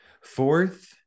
fourth